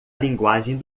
linguagem